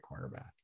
cornerback